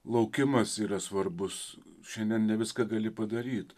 laukimas yra svarbus šiandien ne viską gali padaryt